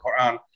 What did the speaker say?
Quran